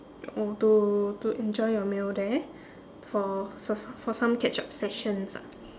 oh to to enjoy your meal there for s~ so~ for some catch up sessions ah